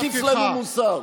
אל תטיף לנו מוסר.